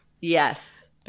Yes